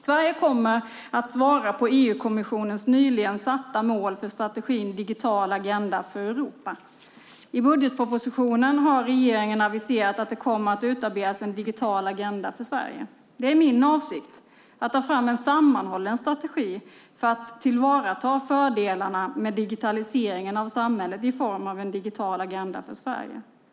Sverige kommer att svara på EU-kommissionens nyligen satta mål för strategin digital agenda för Europa. I budgetpropositionen har regeringen aviserat att det kommer att utarbetas en digital agenda för Sverige. Det är min avsikt att ta fram en sammanhållen strategi för att tillvarata fördelarna med digitaliseringen av samhället, i form av en digital agenda för Sverige.